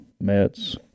Mets